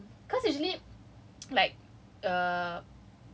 ah ambil kau semua submission at the same time cause usually